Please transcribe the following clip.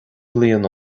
bliain